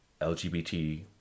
LGBT